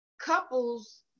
Couples